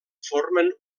formen